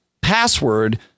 password